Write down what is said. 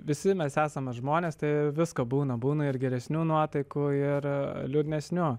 visi mes esame žmonės tai visko būna būna ir geresnių nuotaikų ir liūdnesnių